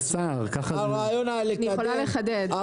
אני יכולה לחדד.